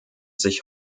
sich